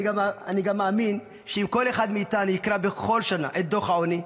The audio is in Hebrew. אני גם מאמין שאם כל אחד מאיתנו יקרא בכל שנה את דוח העוני,